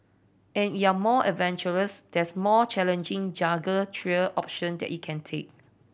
and you're more adventurous there's a more challenging jungle trail option that it can take